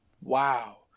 Wow